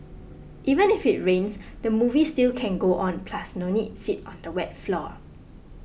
even if it rains the movie still can go on plus no need sit on the wet floor